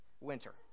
winter